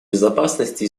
безопасности